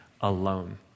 alone